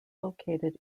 located